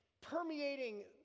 permeating